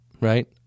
right